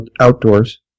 outdoors